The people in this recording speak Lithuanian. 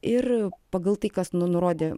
ir pagal tai kas nu nurodė